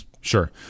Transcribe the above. Sure